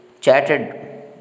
chatted